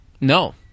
No